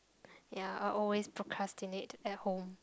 ya I always procrastinate at home